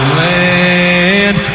land